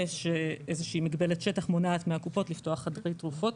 שיש איזו שהיא מגבלת שטח מונעת מהקופות לפתוח חדרי תרופות,